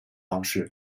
方式